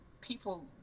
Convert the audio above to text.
people